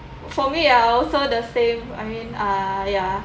for me I also the same I mean uh ya